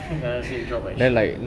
then the currency drop like shit